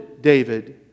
David